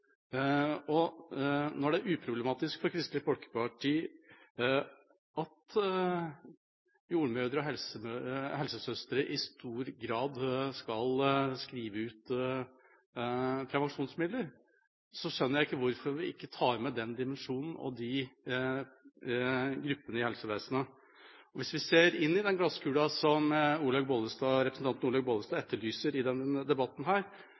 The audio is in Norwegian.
Og når det er uproblematisk for Kristelig Folkeparti at jordmødre og helsesøstre i stor grad skal skrive ut prevensjonsmidler, skjønner jeg ikke hvorfor vi ikke tar med den dimensjonen og disse gruppene i helsevesenet. Hvis vi ser inn i den glasskula som representanten Olaug Bollestad etterlyser i denne debatten,